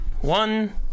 one